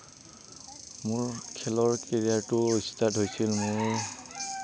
মোৰ খেলৰ কেৰিয়াৰটো ষ্টাৰ্ট হৈছিল মোৰ